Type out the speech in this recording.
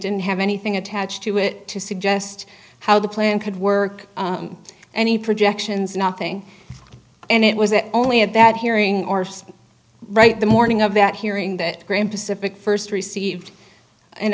didn't have anything attached to it to suggest how the plan could work any projections nothing and it was only at that hearing or right the morning of that hearing that graham pacific first received an